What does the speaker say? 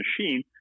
machine